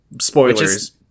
spoilers